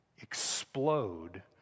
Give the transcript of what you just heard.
explode